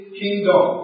kingdom